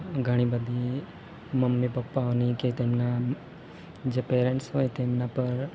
ઘણીબધી મમ્મી પપ્પાઓની કે તેમના જે પેરેન્ટ્સ હોય તેમના પર